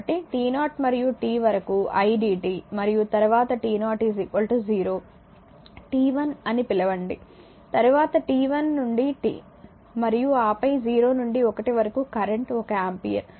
కాబట్టి t0 నుండి t వరకు idt మరియు తరువాతt0 0 t1 అని పిలవండి తరువాత t1 నుండి t వరకు ఆపై 0 నుండి 1 వరకు కరెంట్ ఒక ఆంపియర్